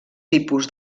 tipus